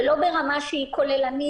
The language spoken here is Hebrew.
זה לא ברמה כוללנית,